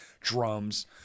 drums